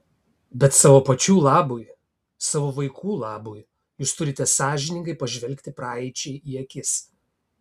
bet savo pačių labui savo vaikų labui jūs turite sąžiningai pažvelgti praeičiai į akis